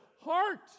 heart